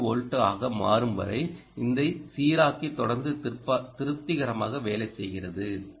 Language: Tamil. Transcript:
4 வோல்ட் ஆக மாறும் வரை இந்த சீராக்கி தொடர்ந்து திருப்திகரமாக வேலை செய்கிறது